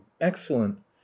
Excellent